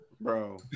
Bro